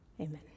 Amen